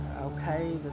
okay